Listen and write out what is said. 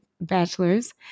bachelor's